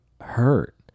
hurt